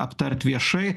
aptart viešai